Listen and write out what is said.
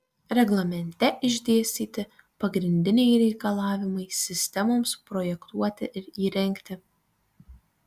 reglamente išdėstyti pagrindiniai reikalavimai sistemoms projektuoti ir įrengti